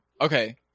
okay